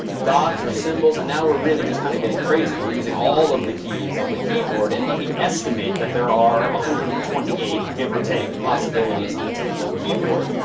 dots are symbols. and now, we're really just kind of getting crazy. we're using all of the keys on the keyboard. and let me estimate that there are one hundred and twenty eight, give or take, possibilities on a typical keyboard,